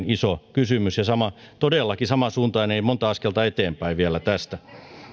iso kysymys ja todellakin samansuuntainen ei montaa askelta eteenpäin vielä tästä